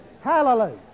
Hallelujah